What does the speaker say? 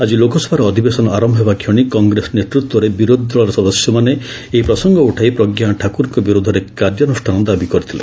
ଆଜି ଲୋକସଭାର ଅଧିବେଶନ ଆରମ୍ଭ ହେବାକ୍ଷଣି କଂଗ୍ରେସ ନେତୃତ୍ୱରେ ବିରୋଧୀ ଦଳ ସଦସ୍ୟମାନେ ଏହି ପ୍ରସଙ୍ଗ ଉଠାଇ ପ୍ରଜ୍ଞା ଠାକୁରଙ୍କ ବିରୋଧରେ କାର୍ଯ୍ୟାନୁଷ୍ଠାନ ଦାବି କରିଥିଲେ